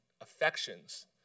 affections